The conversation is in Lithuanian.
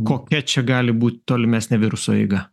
kokia čia gali būt tolimesnė viruso eiga